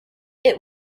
this